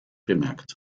bemerkt